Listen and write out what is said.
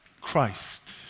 Christ